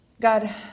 God